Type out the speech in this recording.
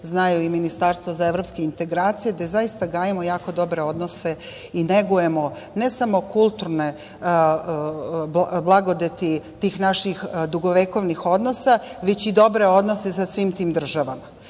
znaju Ministarstvo za evropske integracije, a gde zaista gajimo jako dobre odnose i negujemo, ne samo kulturne blagodeti tih naših dugovekovnih odnosa, već i dobre odnose sa svim tim državama. Prema